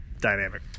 dynamic